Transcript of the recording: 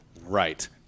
Right